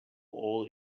all